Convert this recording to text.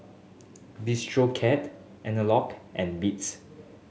Bistro Cat Anello and Beats